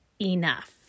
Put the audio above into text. enough